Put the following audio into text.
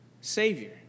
Savior